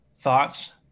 thoughts